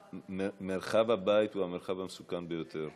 מרחב הבית הוא המרחב המסוכן ביותר,